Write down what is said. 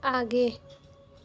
आगे